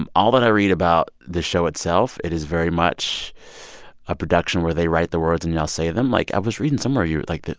um all that i read about the show itself, it is very much a production where they write the words and y'all say them. like, i was reading somewhere, you like,